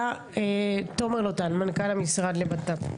תומר לוטן, מנכ"ל המשרד לבט"פ.